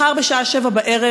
מחר בשעה 19:00,